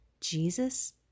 Jesus